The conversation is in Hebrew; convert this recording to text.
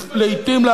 לעתים,